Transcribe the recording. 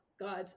God